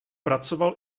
pracoval